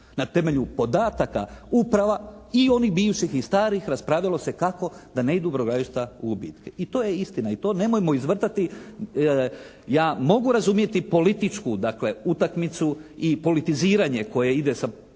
Na temelju podatak uprava i onih bivših i starih raspravljalo se kako da ne idu brodogradilišta u gubitke i to je istina i to nemojmo izvrtati. Ja mogu razumjeti političku dakle utakmicu i politiziranje koje ide sa